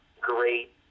great